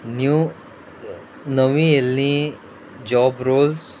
new नवी एल्ली job roles